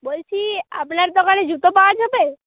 বলছি আপনার দোকানে জুতো পাওয়া যাবে